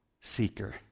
seeker